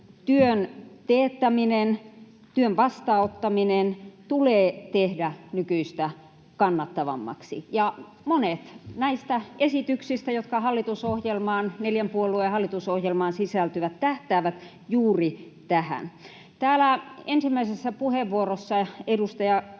työn teettäminen, työn vastaanottaminen tulee tehdä nykyistä kannattavammaksi, ja monet näistä esityksistä, jotka hallitusohjelmaan, neljän puolueen hallitusohjelmaan, sisältyvät, tähtäävät juuri tähän. Täällä ensimmäisessä puheenvuorossa edustaja